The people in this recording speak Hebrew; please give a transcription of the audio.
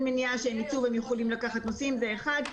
הם יכולים לקחת נוסעים זה אחד,